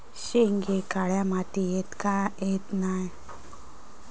शेंगे काळ्या मातीयेत का येत नाय?